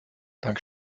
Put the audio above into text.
dank